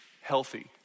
healthy